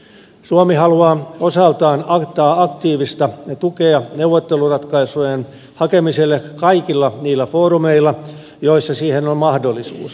suomi haluaa osaltaan antaa aktiivista tukea neuvotteluratkaisujen hakemiselle kaikilla niillä foorumeilla joilla siihen on mahdollisuus